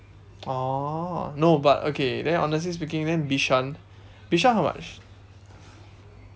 oh no but okay then honestly speaking then bishan bishan how much